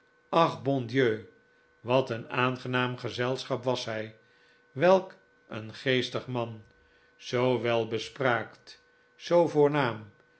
ach bon dieu wat een aangenaam gezelschap was hij welk een geestig man zoo welbespraakt zoo voornaam